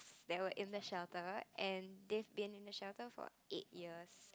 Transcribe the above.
that were in the shelter and they've been in the shelter for eight years